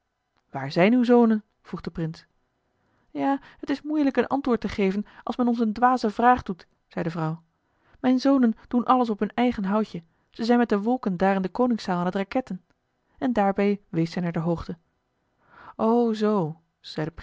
waar zijn uw zonen vroeg de prins ja het is moeilijk een antwoord te geven als men ons een dwaze vraag doet zei de vrouw mijn zonen doen alles op hun eigen houtje zij zijn met de wolken daar in de koningszaal aan het raketten en daarbij wees zij naar de hoogte o zoo